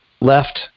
left